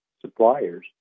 suppliers